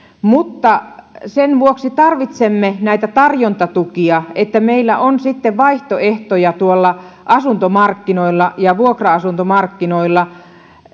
mutta sen vuoksi tarvitsemme näitä tarjontatukia että meillä on sitten vaihtoehtoja tuolla asuntomarkkinoilla ja vuokra asuntomarkkinoilla